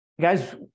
guys